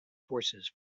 forces